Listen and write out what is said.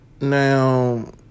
now